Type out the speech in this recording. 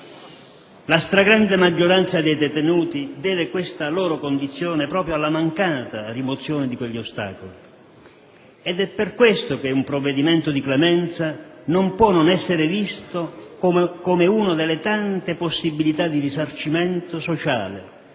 La stragrande maggioranza dei detenuti deve questa loro condizione proprio alla mancata rimozione di quegli ostacoli. È per questo che un provvedimento di clemenza non può non essere visto come una delle tante possibilità di risarcimento sociale